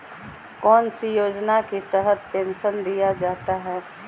कौन सी योजना के तहत पेंसन दिया जाता है?